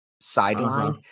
sideline